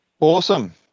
Awesome